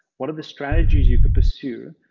what are the strategies you could pursue?